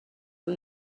amb